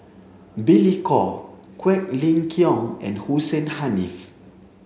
Billy Koh Quek Ling Kiong and Hussein Haniff